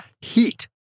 Heat